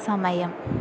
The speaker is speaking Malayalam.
സമയം